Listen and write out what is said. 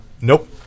Nope